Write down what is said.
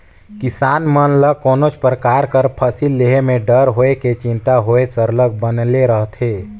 किसान मन ल कोनोच परकार कर फसिल लेहे में डर होए कि चिंता होए सरलग बनले रहथे